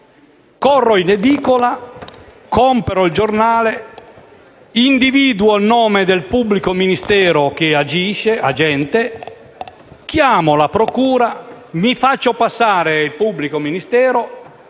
Corro in edicola, compro il giornale e individuo il nome del pubblico ministero agente. Chiamo la procura e mi faccio passare il pubblico ministero,